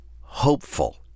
hopeful